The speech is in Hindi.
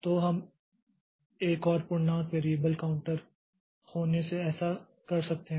तो हम एक और पूर्णांक वैरिएबल काउंटर होने से ऐसा कर सकते हैं